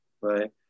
right